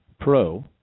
pro